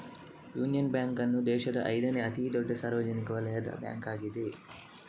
union Bank ಅನ್ನು ದೇಶದ ಐದನೇ ಅತಿ ದೊಡ್ಡ ಸಾರ್ವಜನಿಕ ವಲಯದ ಬ್ಯಾಂಕ್ ಆಗಿದೆ